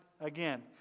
again